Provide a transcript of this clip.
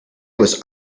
was